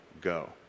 go